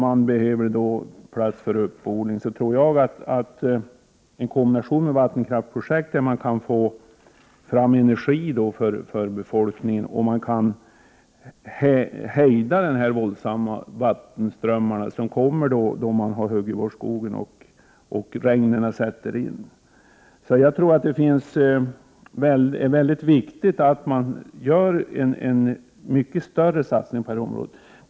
Jag tror att vad som behövs är en kombination av vattenkraftsproduktion, som ger energi för befolkningen, och åtgärder för att hejda de våldsamma vattenströmmar som uppstår när man huggit bort skogen och regnen sätter in. Jag anser att det är viktigt att man gör betydligt större satsningar på detta område.